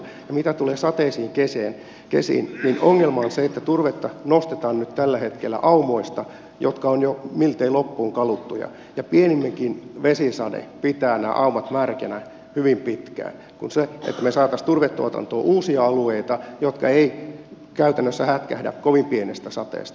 mitä tulee sateisiin kesiin niin ongelma on se että turvetta nostetaan nyt tällä hetkellä aumoista jotka ovat jo miltei loppuun kaluttuja ja pieninkin vesisade pitää nämä aumat märkinä hyvin pitkään sen sijaan että saataisiin turvetuotantoon uusia alueita jotka eivät käytännössä hätkähdä kovin pienestä sateesta